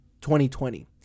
2020